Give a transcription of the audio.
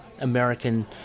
American